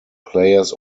players